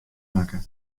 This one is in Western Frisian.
makke